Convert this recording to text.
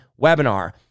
webinar